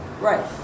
Right